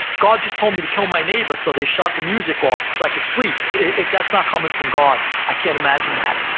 god just told me to kill my neighbor, so they shut the music off so i could sleep, that's not coming from god. i can't imagine that.